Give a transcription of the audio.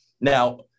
now